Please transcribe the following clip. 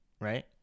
right